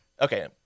Okay